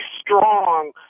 strong